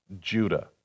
Judah